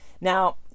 now